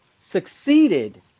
succeeded